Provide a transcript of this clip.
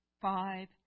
five